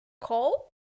call